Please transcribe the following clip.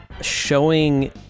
showing